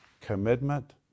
Commitment